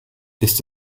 ist